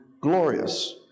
glorious